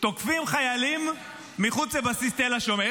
תוקפים חיילים מחוץ לבסיס תל השומר.